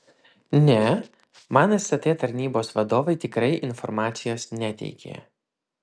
ne man stt tarnybos vadovai tikrai informacijos neteikė